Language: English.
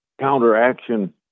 counteraction